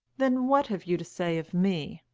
then what have you to say of me?